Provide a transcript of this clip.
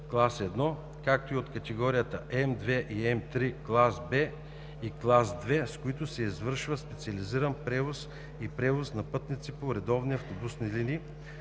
клас I, както и от категории М2 и М3, клас В и клас II, с които се извършва специализиран превоз и превоз на пътници по редовни автобусни линии,